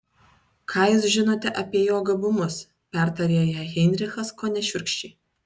ką jūs žinote apie jo gabumus pertarė ją heinrichas kone šiurkščiai